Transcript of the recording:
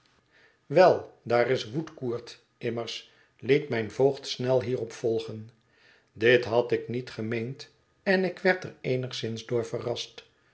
wel daar is woodcourt immers liet mijn voogd snel hierop volgen dit had ik niet gemeend en ik werd er eenigszins door verrast